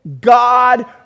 God